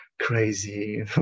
crazy